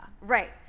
right